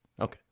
Okay